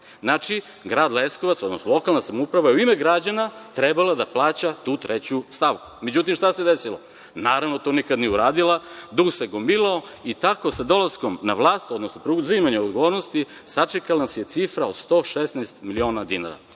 Znači, grad Leskovac, odnosno lokalna samouprava je u ime građana trebalo da plaća tu treću stavku. Međutim, šta se desilo? Naravno, to nikad nije uradila, dug se gomilao i tako sa dolaskom na vlast, odnosno preuzimanjem odgovornosti, sačekala nas je cifra od 116 miliona dinara,